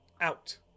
out